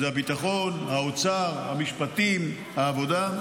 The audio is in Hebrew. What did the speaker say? הביטחון, האוצר, המשפטים, העבודה.